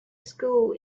school